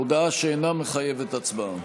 הודעה שאינה מחייבת הצבעה.